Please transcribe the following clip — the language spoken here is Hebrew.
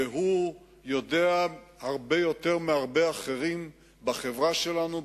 והוא יודע הרבה יותר מהרבה אחרים בחברה שלנו,